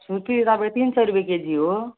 छुर्पी तपाईँ तिन सय रुप्पे केजी हो